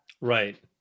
Right